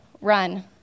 run